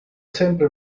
sempre